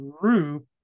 group